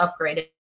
upgraded